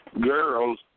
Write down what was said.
girls